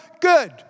Good